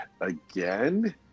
again